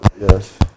Yes